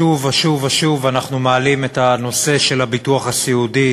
שוב ושוב ושוב אנחנו מעלים את הנושא של הביטוח הסיעודי